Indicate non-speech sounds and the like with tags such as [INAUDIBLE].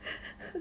[LAUGHS]